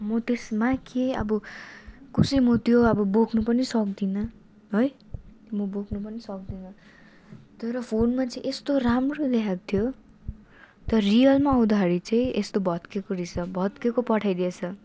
म त्यसमा के अब कसरी म त्यो अब बोक्न पनि सक्दिनँ है म बोक्न पनि सक्दिनँ तर फोनमा चाहिँ यस्तो राम्रो देखाएको थियो तर रियलमा आउँदाखेरि चाहिँ यस्तो भत्किएको रहेछ भत्किएको पठाइदिएछ